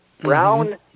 Brown